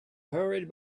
hurried